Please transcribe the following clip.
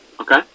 Okay